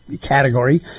category